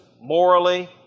morally